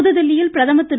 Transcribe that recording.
புதுதில்லியில் பிரதமர் திரு